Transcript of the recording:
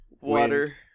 water